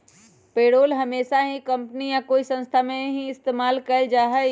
payroll हमेशा ही company या कोई संस्था में ही इस्तेमाल कइल जाहई